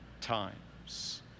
times